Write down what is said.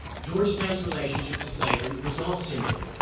georgetown's relationship to slavery was not simple.